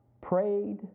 prayed